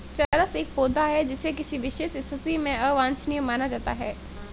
चरस एक पौधा है जिसे किसी विशेष स्थिति में अवांछनीय माना जाता है